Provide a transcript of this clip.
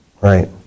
Right